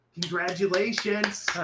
Congratulations